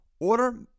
Order